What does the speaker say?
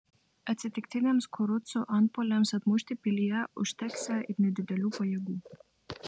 atsitiktiniams kurucų antpuoliams atmušti pilyje užteksią ir nedidelių pajėgų